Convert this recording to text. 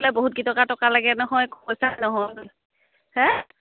বহুত কেইটকা টকা লাগে নহয় পইচা নহয় হে